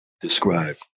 describe